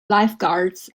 lifeguards